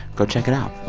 go check it out